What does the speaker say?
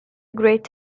great